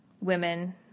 women